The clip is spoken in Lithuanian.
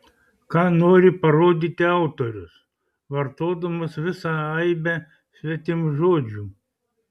ką nori parodyti autorius vartodamas visą aibę svetimžodžių